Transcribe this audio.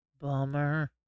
Bummer